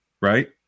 right